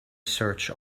search